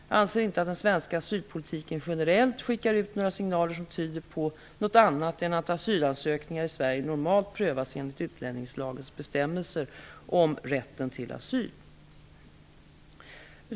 Jag anser inte att den svenska asylpolitiken generellt skickar ut några signaler som tyder på något annat än att asylansökningar i Sverige normalt prövas enligt utlänningslagens bestämmelser om rätten till asyl.